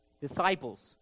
disciples